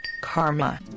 karma